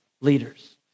leaders